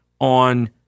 on